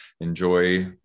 enjoy